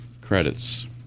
credits